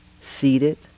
seated